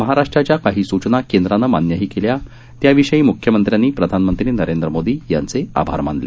महाराष्ट्राच्या काही सूचना केंद्रानं मान्यही केल्या त्याविषयी म्ख्यमंत्र्यांनी प्रधानमंत्री नरेंद्र मोदी यांचे आभार मानले